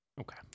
Okay